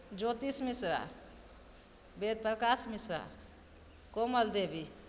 Jyotish Mishra Ved Prakash Mishra Komal Devi